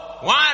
One